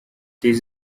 this